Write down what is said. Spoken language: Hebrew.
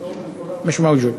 לא נמצא,